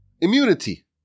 immunity